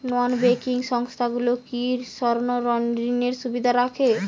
নন banking সংস্থাগুলো কি স্বর্ণঋণের সুবিধা রাখে?